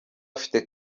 afite